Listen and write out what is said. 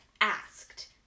asked